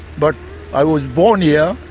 but i was born yeah